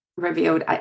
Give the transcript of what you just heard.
revealed